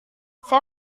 saya